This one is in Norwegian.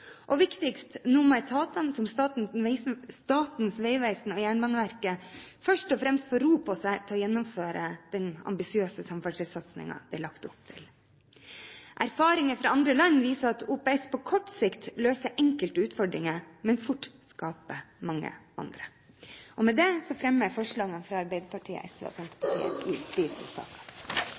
Viktigst nå er at etater som Statens vegvesen og Jernbaneverket først og fremst må få ro på seg til å gjennomføre den ambisiøse samferdselssatsingen det er lagt opp til. Erfaringer fra andre land viser at OPS på kort sikt løser enkelte utfordringer, men fort skaper mange andre. Med det fremmer jeg forslaget fra Arbeiderpartiet, Sosialistisk Venstreparti og Senterpartiet i